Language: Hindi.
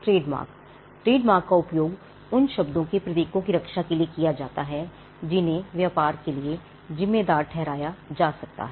ट्रेडमार्क ट्रेडमार्क का उपयोग उन शब्दों के प्रतीकों की रक्षा के लिए किया जाता है जिन्हें व्यापार के लिए जिम्मेदार ठहराया जा सकता है